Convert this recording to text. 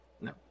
No